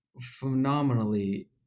phenomenally